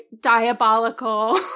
diabolical